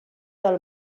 del